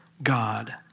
God